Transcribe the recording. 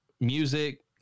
music